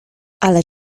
ale